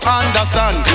understand